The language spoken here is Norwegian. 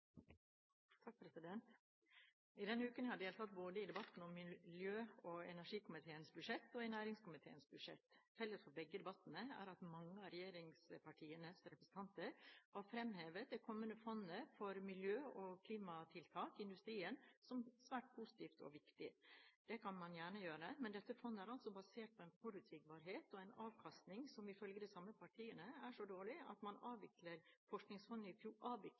Denne uken har jeg deltatt både i debatten om miljø- og energikomiteens budsjett og næringskomiteens budsjett. Felles for begge debattene er at mange av regjeringspartienes representanter har fremhevet det kommende fondet for miljø- og klimatiltak i industrien som svært positivt og viktig. Det kan man gjerne gjøre, men dette fondet er altså basert på en forutsigbarhet og en avkastning som, ifølge de samme partiene, er så dårlig at man avviklet Forskningsfondet i